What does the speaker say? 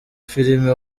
filime